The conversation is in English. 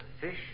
fish